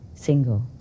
single